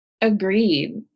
Agreed